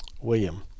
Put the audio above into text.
William